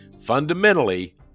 Fundamentally